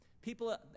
people